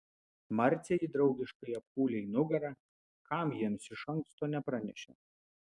marcė jį draugiškai apkūlė į nugarą kam jiems iš anksto nepranešė